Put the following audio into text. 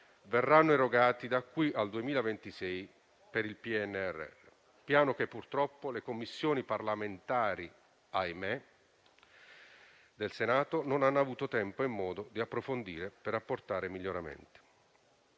europea, da qui al 2026, per il PNRR, un piano che - purtroppo - le Commissioni parlamentari del Senato non hanno avuto tempo e modo di approfondire per apportare miglioramenti.